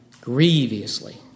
grievously